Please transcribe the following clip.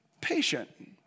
patient